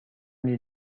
les